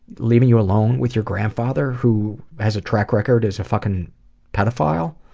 leaving you alone with your grandfather, who has a track record as a fuckin' pedophile?